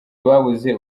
babuze